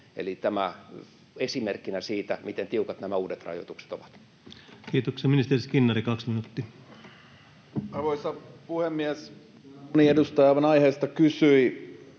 Eli tämä esimerkkinä siitä, miten tiukat nämä uudet rajoitukset ovat. Kiitoksia. — Ministeri Skinnari, kaksi minuuttia. Arvoisa puhemies! Moni edustaja aivan aiheesta kysyi,